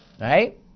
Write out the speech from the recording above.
right